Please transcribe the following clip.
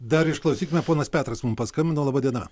dar išklausykime ponas petras mum paskambino laba diena